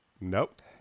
Nope